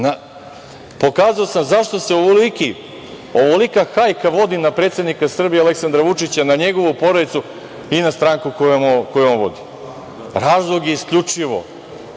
pokazao sam zašto se ovolika hajka vodi na predsednika Srbije, Aleksandra Vučića, na njegovu porodicu i na stranku koju on vodi. Razlog je isključivo